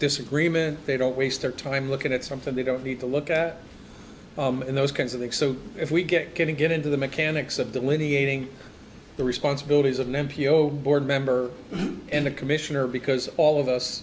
disagreement they don't waste their time looking at something they don't need to look at those kinds of acts so if we get can get into the mechanics of delineating the responsibilities of an m p oh board member and the commissioner because all of us